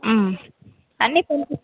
అన్నీ పంపిస్తాము